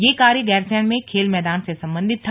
यह कार्य गैरसैंण में खेल मैदान से संबंधित था